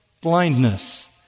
blindness